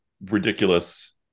ridiculous